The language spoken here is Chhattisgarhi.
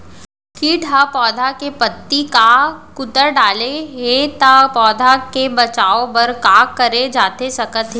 किट ह पौधा के पत्ती का कुतर डाले हे ता पौधा के बचाओ बर का करे जाथे सकत हे?